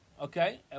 Okay